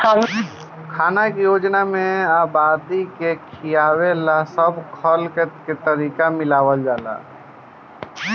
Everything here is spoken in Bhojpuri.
खाना के योजना में आबादी के खियावे ला सब खल के तरीका के मिलावल जाला